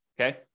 okay